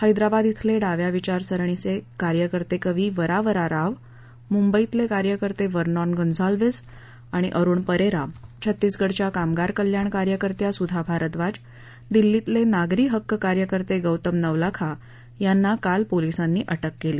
हैदराबाद इथले डाव्या विचारसरणीचे कार्यकर्ते कवी वरावरा राव मुंबईतले कार्यकर्ते व्हर्नन गोन्झालविस आणि अरुण परेरा छत्तीसगडच्या कामगार कल्याण कार्यकर्त्या सुधा भारद्वाज दिल्लीतले नागरी हक्क कार्यकर्ते गौतम नवलाखा यांना काल पोलिसांनी अटक केली